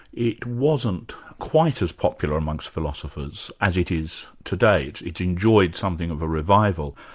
it wasn't quite as popular amongst philosophers as it is today it's it's enjoyed something of a revival.